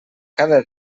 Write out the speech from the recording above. cada